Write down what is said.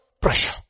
pressure